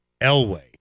Elway